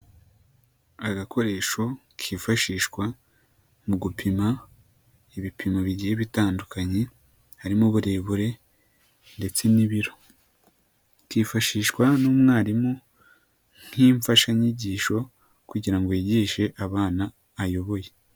Agakoresho kifashishwa mu gupima ibipimo bigiye ibitandukanye harimo uburebure ndetse n'ibiro kifashishwa n'umwarimu nk'imfashanyigisho kugira ngo yigishe abana ayoboye.